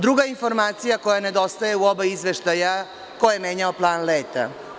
Druga informacija koja nedostaje u oba izveštaja – ko je menjao plan leta?